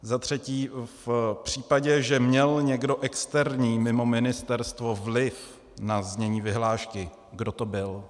Za třetí, v případě, že měl někdo externí mimo ministerstvo vliv na znění vyhlášky, kdo to byl.